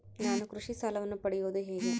ನಾನು ಕೃಷಿ ಸಾಲವನ್ನು ಪಡೆಯೋದು ಹೇಗೆ?